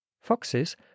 foxes